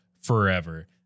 forever